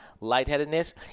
lightheadedness